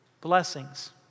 Blessings